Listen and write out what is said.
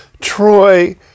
Troy